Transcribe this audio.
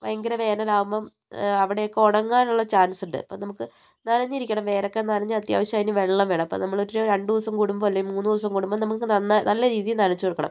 ഭയങ്കര വേനലാകുമ്പോൾ അവിടെയൊക്കെ ഉണങ്ങാനുള്ള ചാൻസ്ണ്ട് അപ്പോൾ നമുക്ക് നനഞ്ഞിരിക്കണം വേരൊക്കെ നനഞ്ഞ് അത്യാവശ്യം അതിന് വെള്ളം വേണം അപ്പം നമ്മളൊരു രണ്ട് ദിവസം കൂടുമ്പോൾ അല്ലെങ്കിൽ മൂന്ന് ദിവസം കൂടുമ്പോൾ നമുക്ക് നന്നായി നല്ല രീതിയിൽ നനച്ചു കൊടുക്കണം